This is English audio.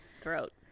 throat